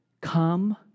come